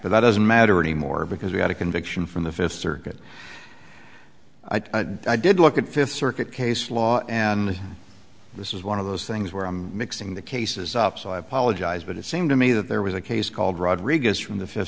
but that doesn't matter anymore because we got a conviction from the fifth circuit i did look at fifth circuit case law and this is one of those things where i'm mixing the cases up so i apologize but it seemed to me that there was a case called rodriguez from the fifth